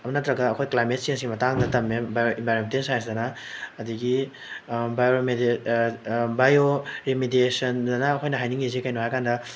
ꯑꯗꯨ ꯅꯠꯇ꯭ꯔꯒ ꯑꯩꯈꯣꯏ ꯀ꯭ꯂꯥꯏꯃꯦꯠ ꯆꯦꯟꯖꯀꯤ ꯃꯇꯥꯡꯗ ꯇꯝꯃꯦ ꯏꯟꯚꯥꯏꯔꯣꯟꯃꯦꯟꯇꯦꯜ ꯁꯥꯏꯟꯁꯇꯅ ꯑꯗꯒꯤ ꯕꯥꯏꯑꯣ ꯕꯥꯏꯑꯣ ꯔꯦꯃꯤꯗꯤꯑꯦꯁꯟꯗꯅ ꯑꯩꯈꯣꯏꯅ ꯍꯥꯏꯅꯤꯡꯂꯤꯁꯤ ꯀꯔꯤꯅꯣ ꯍꯥꯏ ꯀꯥꯟꯗ